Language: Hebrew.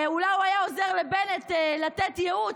אולי הוא היה עוזר לבנט לתת ייעוץ.